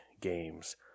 Games